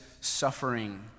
suffering